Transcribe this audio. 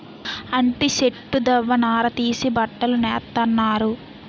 అంటి సెట్టు దవ్వ నార తీసి బట్టలు నేత్తన్నారు